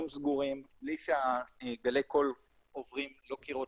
סגורים בלי שגלי הקול עוברים לא קירות,